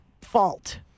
fault